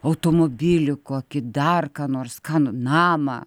automobilį kokį dar ką nors ką nu namą